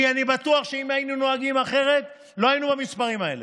אני בטוח שאם היינו נוהגים אחרת לא היינו עם המספרים האלה.